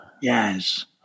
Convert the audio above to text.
Yes